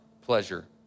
pleasure